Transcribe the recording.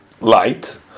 light